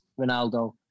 Ronaldo